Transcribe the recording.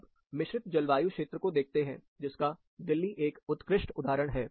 अब मिश्रित जलवायु क्षेत्र को देखते हैं जिसका दिल्ली एक उत्कृष्ट उदाहरण है